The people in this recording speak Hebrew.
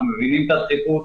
אנחנו מבינים את הדחיפות,